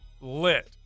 lit